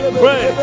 pray